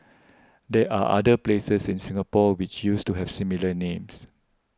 there are other places in Singapore which used to have similar names